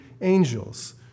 angels